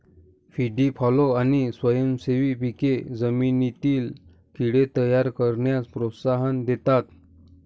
व्हीडी फॉलो आणि स्वयंसेवी पिके जमिनीतील कीड़े तयार करण्यास प्रोत्साहन देतात